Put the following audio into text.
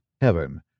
heaven